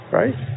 right